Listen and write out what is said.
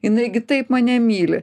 jinai gi taip mane myli